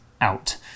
out